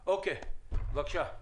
בבקשה.